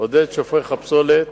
על שופך הפסולת,